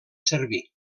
servir